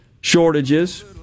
shortages